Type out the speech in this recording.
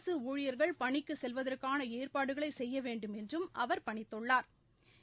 அரசு ஊழியர்கள் பணிக்குச் செல்வதற்கான ஏற்பாடுகளை செய்ய வேண்டுமென்றும் அவர் பணித்துள்ளாா்